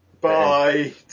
Bye